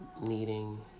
needing